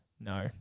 no